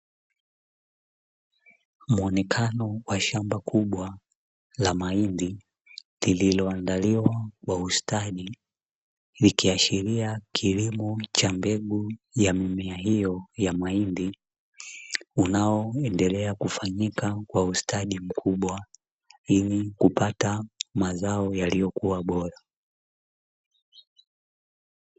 Muonekano wa shamba kubwa la mahindi lililo andaliwa kwa ustadi likiashiria kilimo cha mbegu ya mimea hiyo ya mahindi unaoendelea kufanyika kwa ustadi mkubwa ili kupata mazao yaliyokuwa bora.